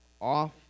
off